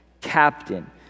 Captain